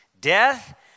death